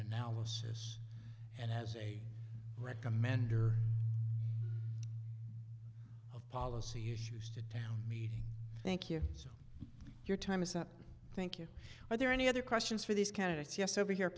analysis and has a recommender of policy issues to town meeting thank you so your time is up thank you are there any other questions for these candidates yes over here